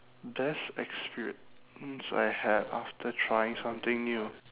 best experience I had after trying something new